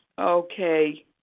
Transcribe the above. Okay